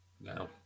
No